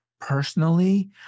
Personally